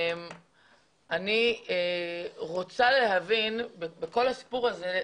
אני רוצה להבין, בכל הסיפור הזה,